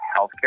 healthcare